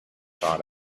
thought